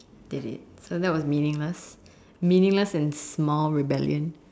did it so that was meaningless meaningless and small rebellion